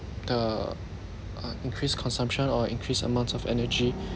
the uh increased consumption or increased amounts of energy